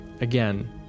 Again